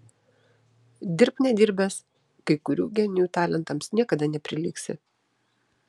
dirbk nedirbęs kai kurių genijų talentams niekada neprilygsi